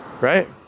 right